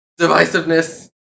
divisiveness